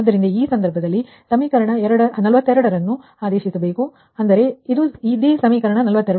ಆದ್ದರಿಂದ ಈ ಸಂದರ್ಭದಲ್ಲಿ ನೀವು ಸಮೀಕರಣ 42 ರಿಂದ ಹಾಕಿದದ್ದೀರಿ ಅಂದರೆ ಇದು ನಿಮ್ಮ ಸಮೀಕರಣ 42